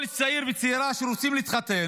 כל צעיר וצעירה שרוצים להתחתן